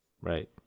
right